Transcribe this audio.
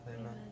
amen